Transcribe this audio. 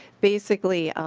basically